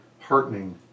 heartening